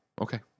okay